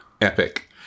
epic